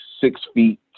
six-feet